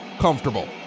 comfortable